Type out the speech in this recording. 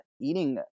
Eating